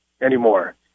anymore